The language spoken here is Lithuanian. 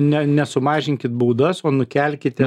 ne ne sumažinkit baudas o nukelkite